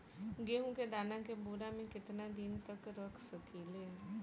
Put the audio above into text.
गेहूं के दाना के बोरा में केतना दिन तक रख सकिले?